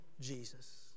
Jesus